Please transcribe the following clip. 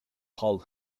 paul